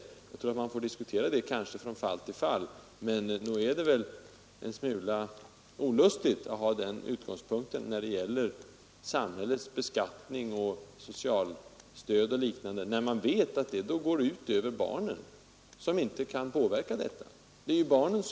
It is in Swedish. Man kanske får diskutera det från fall till fall. Men nog är det väl en smula olustigt att ha den utgångspunkten när det gäller samhällets beskattning, socialstöd och liknande, när man vet att det då går ut över barnen som inte kan påverka = Nr 135 detta.